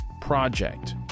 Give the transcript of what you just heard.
Project